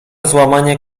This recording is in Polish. złamanie